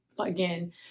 again